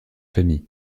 familles